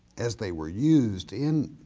as they were used in,